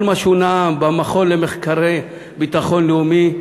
כל מה שהוא נאם במכון למחקרי ביטחון לאומי,